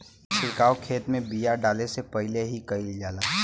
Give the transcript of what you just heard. ई छिड़काव खेत में बिया डाले से पहिले ही कईल जाला